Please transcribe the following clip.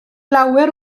lawer